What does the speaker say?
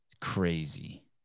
crazy